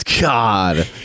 God